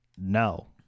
no